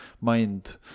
mind